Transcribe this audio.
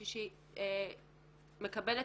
היא מקבלת,